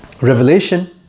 Revelation